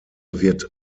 wird